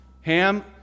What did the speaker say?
Ham